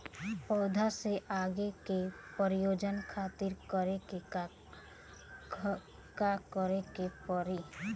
पौधा से आगे के प्रजनन खातिर का करे के पड़ी?